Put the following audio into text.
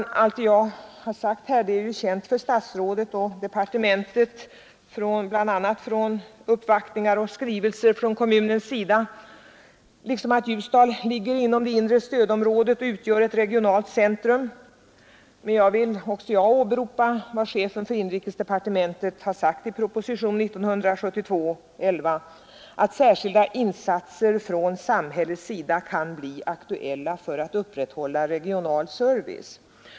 Vad jag här sagt är ju känt för statsrådet och departementet bl.a. från uppvaktningar och skrivelser från kommunens sida, liksom att Ljusdal ligger inom det inre stödområdet och utgör ett regionalt centrum. Också jag vill åberopa vad chefen för inrikesdepartementet sagt i propositionen 1972:11 att ”särskilda insatser från samhällets sida kan bli aktuella för att upprätthålla regional service”.